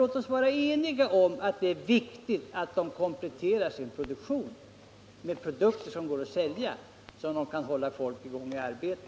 Låt oss vara eniga om att det är viktigt att företaget kompletterar sin produktion med produkter som går att sälja, så att företaget kan hålla sin personal i arbete.